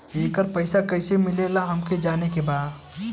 येकर पैसा कैसे मिलेला हमरा के जाने के बा?